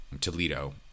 Toledo